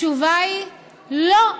התשובה היא לא,